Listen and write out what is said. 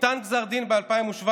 ניתן גזר דין ב-2017.